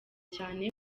cyane